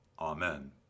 Amen